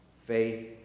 faith